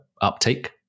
uptake